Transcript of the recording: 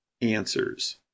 answers